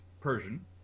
Persian